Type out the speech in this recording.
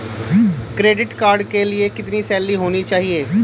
Credit card के लिए कितनी सैलरी होनी चाहिए?